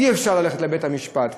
אי-אפשר ללכת לבית-המשפט,